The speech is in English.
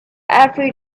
every